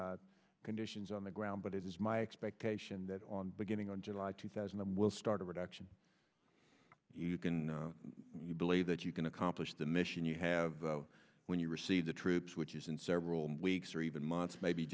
upon conditions on the ground but it is my expectation that on beginning on july two thousand and will start of reduction you can you believe that you can accomplish the mission you have when you receive the troops which is in several weeks or even months maybe